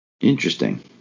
Interesting